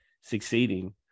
succeeding